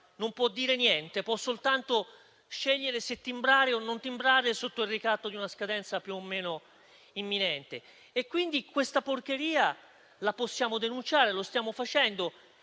non può dire niente: può soltanto scegliere se timbrare o non timbrare sotto il ricatto di una scadenza più o meno imminente. Quindi questa porcheria la possiamo denunciare e lo stiamo facendo;